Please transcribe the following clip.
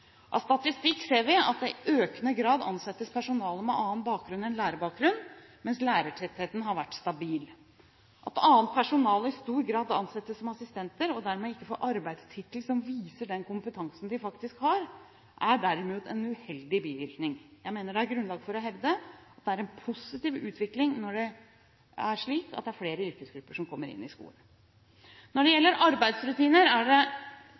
Av statistikk ser vi at det i økende grad ansettes personale med annen bakgrunn enn lærerbakgrunn mens lærertettheten har vært stabil. At annet personale i stor grad ansettes som assistenter og dermed ikke får en arbeidstittel som viser den kompetansen de faktisk har, er derimot en uheldig bivirkning. Jeg mener det er grunnlag for å hevde at det er en positiv utvikling når det er slik at det er flere yrkesgrupper som kommer inn i skolen. Når det gjelder arbeidsrutiner, slik at flerfaglige ressurser kan brukes best mulig, er